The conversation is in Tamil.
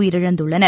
உயிரிழந்துள்ளனர்